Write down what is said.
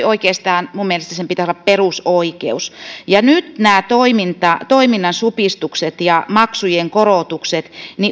oikeastaan minun mielestäni sen pitäisi olla perusoikeus nyt nämä toiminnan supistukset ja maksujen korotukset